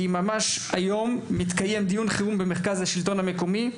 על קיום דיון חירום במרכז השלטון המקומי,